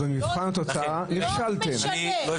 אבל במבחן התוצאה נכשלתם.